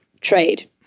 trade